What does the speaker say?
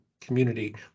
community